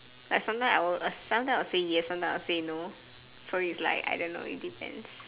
like sometime I will sometime I'll say yes sometime I'll say no so it's like I don't know it depends